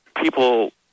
people